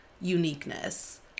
uniqueness